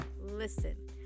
listen